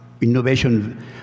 innovation